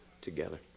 together